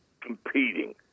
competing